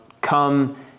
come